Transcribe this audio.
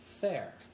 Fair